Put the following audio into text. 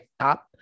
top